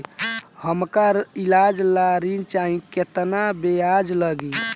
हमका ईलाज ला ऋण चाही केतना ब्याज लागी?